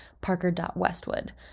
Parker.Westwood